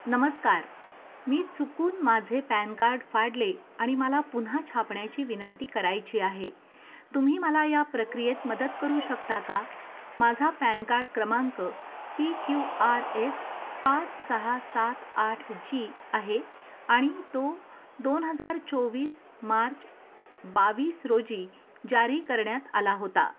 नमस्कार मी चुकून माझे पॅन कार्ड फाडले आणि मला पुन्हा छापण्याची विनंती करायची आहे तुम्ही मला या प्रक्रियेत मदत करू शकता का माझा पॅन कार्ड क्रमांक पी क्यू आर एस पाच सहा सात आठ जी आहे आणि तो दोन हजार चोवीस मार्च बावीस रोजी जारी करण्यात आला होता